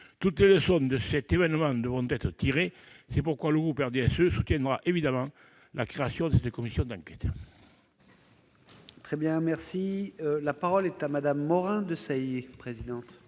Toutes les leçons de cet événement devront être tirées. C'est la raison pour laquelle le groupe du RDSE soutiendra, bien évidemment, la création de cette commission d'enquête.